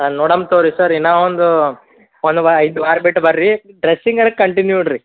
ಹಾಂ ನೋಡಣ್ ತಗೋ ರೀ ಸರ್ ಇನ್ನೂ ಒಂದು ಒಂದು ವಾ ಇದು ವಾರ ಬಿಟ್ಟು ಬನ್ರಿ ಡ್ರೆಸ್ಸಿಂಗ್ ಎಲ್ಲ ಕಂಟಿನ್ಯೂಡ್ ರೀ